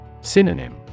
Synonym